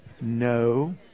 No